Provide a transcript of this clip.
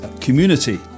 community